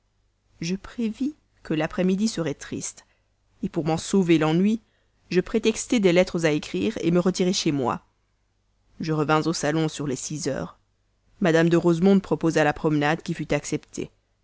je prévis que l'après-dînée serait triste pour m'en sauver l'ennui je prétextai des lettres à écrire me retirai chez moi je revins au salon sur les sept heures mme de rosemonde proposa la promenade qui fut acceptée